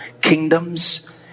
kingdoms